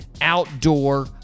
outdoor